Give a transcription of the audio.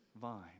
vine